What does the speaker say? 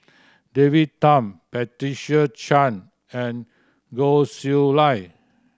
David Tham Patricia Chan and Goh Chiew Lye